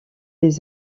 les